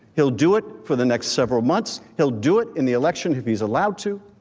he'll do it for the next several months. he'll do it in the election if he's allowed to.